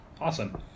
Awesome